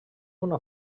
una